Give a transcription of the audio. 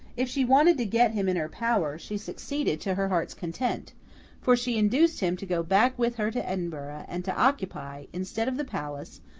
if she wanted to get him in her power, she succeeded to her heart's content for she induced him to go back with her to edinburgh, and to occupy, instead of the palace,